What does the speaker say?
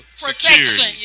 Protection